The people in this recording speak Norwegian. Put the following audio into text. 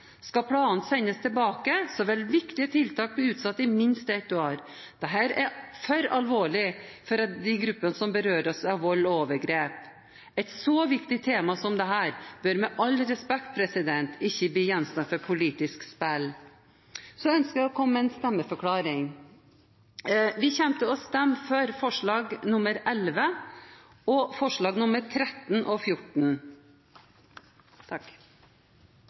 Skal planen sendes tilbake, vil viktige tiltak bli utsatt i minst ett år. Dette er for alvorlig for de gruppene som berøres av vold og overgrep. Et så viktig tema som dette bør – med all respekt – ikke bli gjenstand for politisk spill. Så ønsker jeg å komme med en stemmeforklaring. Vi kommer til å stemme for forslag nr. 11 og forslagene nr. 13 og 14.